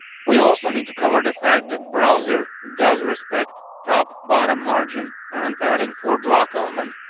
we also need to cover the fact that browser does respect top bottom margin and patting for block elements,